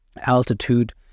altitude